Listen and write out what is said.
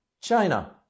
China